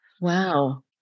Wow